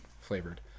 flavored